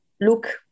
look